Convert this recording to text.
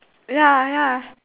ya ya